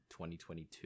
2022